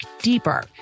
deeper